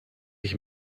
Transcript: ich